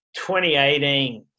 2018